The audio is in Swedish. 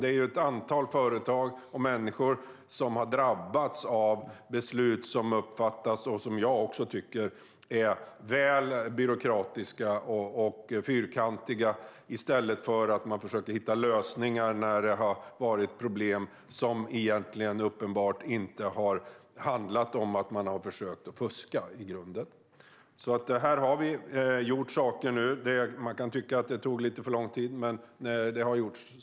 Det är ett antal företag och människor som har drabbats av beslut som uppfattas som väl byråkratiska och fyrkantiga - det tycker även jag - i stället för att myndigheterna har försökt hitta lösningar när det har varit problem som i grunden uppenbart inte har handlat om att man har försökt att fuska. Här har vi alltså gjort saker nu. Man kan tycka att det har tagit lite för lång tid. Men det har nu gjorts.